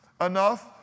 enough